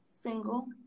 single